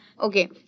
Okay